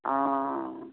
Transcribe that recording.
অঁ